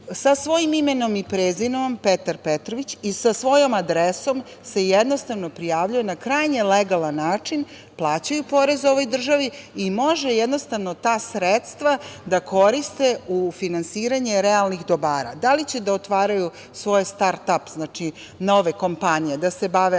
sa svojim imenom i prezimenom, Petar Petrović, i sa svojom adresom se jednostavno prijavljuju na krajnje legalan način, plaćaju porez ovoj državi i mogu jednostavno ta sredstva da koriste u finansiranje realnih dobara. Da li će da otvaraju svoje star ap nove kompanije, da se bave IT,